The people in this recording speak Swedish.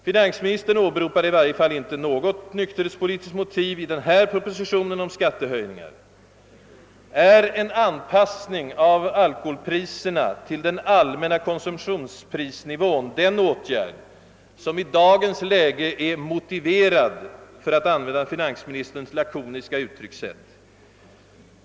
Finansministern åberopar i varje fall inte något nykterhetspolitiskt motiv till skattehöjningen i denna proposition. Är en anpassning av alkoholpriserna enbart till den allmänna konsumtionsprisnivån den åtgärd, som i dagens läge är »motiverad», för att använda finansministerns lakoniska uttryck?